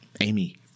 Amy